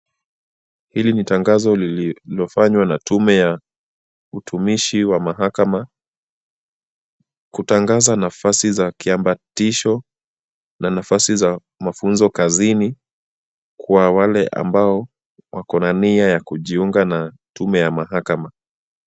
Hili ni tangazo lililofanywa na tume ya utumishi wa mahakama, kutangaza nafasi za kiambatisho na nafasi ya mafunzo kazini, kwa wale ambao wako na nia ya kujiunga na tume ya mahakama.